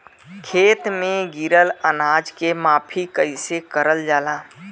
खेत में गिरल अनाज के माफ़ी कईसे करल जाला?